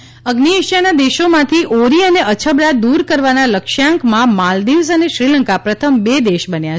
ઓરી લંકા અઝ્નિ એશિયાના દેશોમાંથી ઓરી અને અછબડા દૂર કરવાના લક્ષ્યાંકમાં માલદીવ્સ અને શ્રીલંકા પ્રથમ બે દેશ બન્યા છે